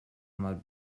mud